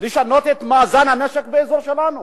לשנות את מאזן הנשק באזור שלנו.